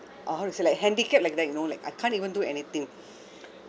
uh how to say like handicap like that you know like I can't even do anything